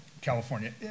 California